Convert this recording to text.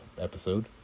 episode